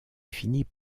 finit